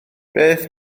beth